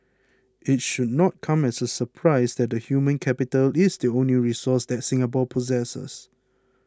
it should not come as a surprise that the human capital is the only resource that Singapore possesses